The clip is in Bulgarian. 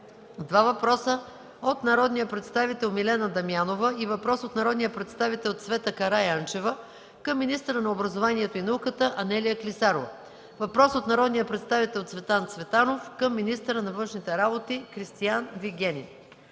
два въпроса от народния представител Милена Дамянова и въпрос от народния представител Цвета Караянчева – към министъра на образованието и науката Анелия Клисарова; - въпрос от народния представител Цветан Цветанов – към министъра на външните работи Кристиан Вигенин.